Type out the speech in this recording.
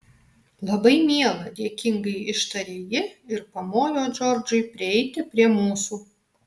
labai miela dėkingai ištarė ji ir pamojo džordžui prieiti prie mūsų